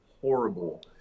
horrible